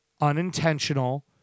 unintentional